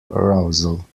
arousal